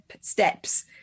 steps